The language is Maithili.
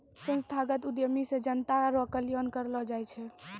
संस्थागत उद्यमी से जनता रो कल्याण करलौ जाय छै